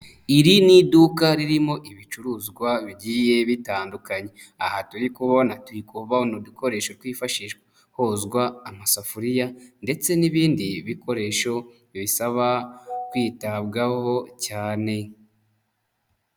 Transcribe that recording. Iri ni iduka ririmo ibicuruzwa bigiye bitandukanye, aha turi kubana turi kubona udukoresho twifashi hozwa amasafuriya ndetse n'ibindi bikoresho bisaba kwitabwaho cyane.